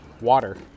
water